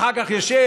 אחר כך ישב,